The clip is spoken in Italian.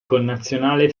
connazionale